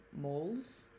moles